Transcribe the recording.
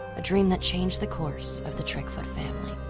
a dream that changed the course of the trickfoot family.